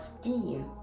skin